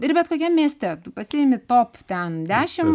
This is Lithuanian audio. ir bet kokiam mieste pasiimi top ten dešim